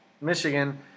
Michigan